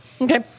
okay